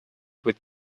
with